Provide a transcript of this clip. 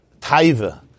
taiva